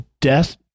death